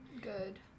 Good